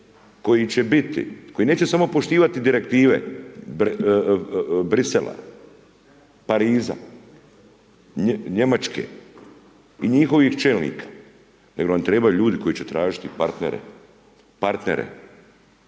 koji će biti, koji neće samo poštivati direktive, Bruxellesa, Pariza, Njemačke i njihovih čelnika, nego nam trebaju ljudi koji će tražiti partnere, partnere.